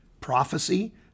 Prophecy